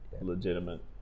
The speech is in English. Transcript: legitimate